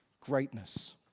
greatness